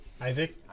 Isaac